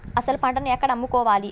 అసలు పంటను ఎక్కడ అమ్ముకోవాలి?